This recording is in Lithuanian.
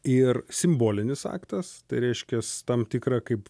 ir simbolinis aktas reiškias tam tikra kaip